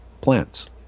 plants